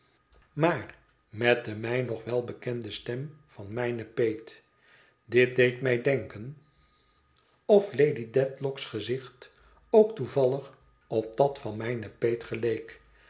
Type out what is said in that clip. maar met de mij nog welbekende stem van mijne peet dit deed mij denken of lady dedlock's gezicht ook toevallig op dat van mijne peet geleek